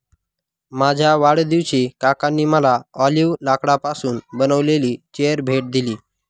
माझ्या वाढदिवशी काकांनी मला ऑलिव्ह लाकडापासून बनविलेली चेअर भेट दिली